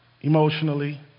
emotionally